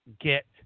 get